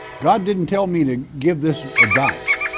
god didn't tell me to give this advice.